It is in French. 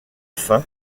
fin